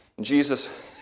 Jesus